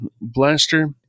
blaster